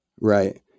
Right